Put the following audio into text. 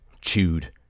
chewed